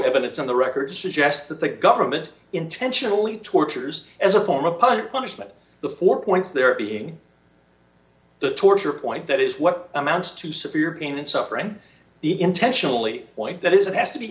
evidence on the record to suggest that the government intentionally tortures as a form of punishment the four points there are being the torture point that is what amounts to severe pain and suffering the intentionally point that is it has to be